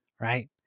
right